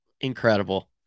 Incredible